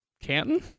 Canton